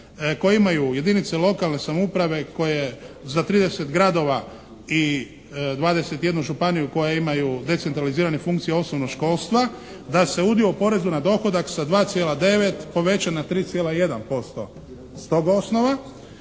koji imaju jedinice lokalne samouprave koje za 30 gradova i 21 županiju koje imaju decentralizirane funkcije osnovnog školstva da se udio u porezu na dohodak sa 2,9 poveća na 3,1% s tog osnova,